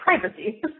privacy